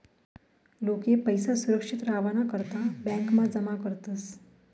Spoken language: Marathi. लोके पैसा सुरक्षित रावाना करता ब्यांकमा जमा करतस